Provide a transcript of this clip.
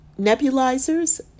Nebulizers